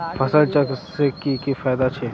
फसल चक्र से की की फायदा छे?